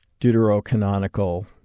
deuterocanonical